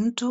Mtu